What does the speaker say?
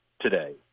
today